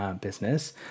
business